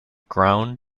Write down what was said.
ground